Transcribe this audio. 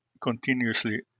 continuously